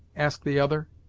asked the other,